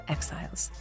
Exiles